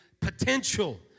potential